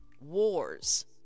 wars